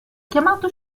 chiamato